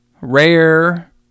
rare